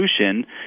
solution